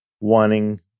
wanting